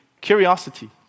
Curiosity